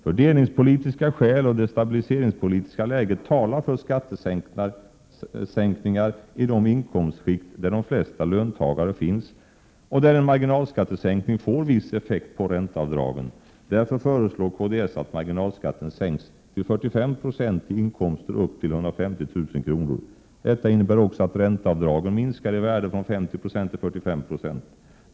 Fördelningspolitiska skäl och det stabiliseringspolitiska läget talar för skattesänkningar i de inkomstskikt där de flesta löntagare finns och där en marginalskattesänkning får viss effekt på ränteavdragen. Därför föreslår kds att marginalskatten sänks till 45 96 i inkomster upp till 150 000 kr. Detta innebär också att ränteavdragen minskar i värde från 50 96 till 45 90.